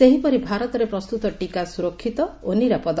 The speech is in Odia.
ସେହିପରି ଭାରତରେ ପ୍ରସ୍ତତ ଟିକା ସୁରକ୍ଷିତ ଓ ନିରାପଦ